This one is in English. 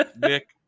Nick